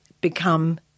become